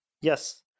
Yes